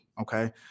Okay